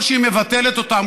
או שהיא מבטלת אותם,